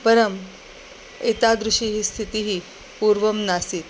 परम् एतादृशी स्थितिः पूर्वं नासीत्